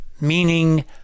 Meaning